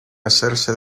hacerse